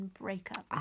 breakup